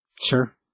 Sure